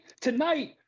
tonight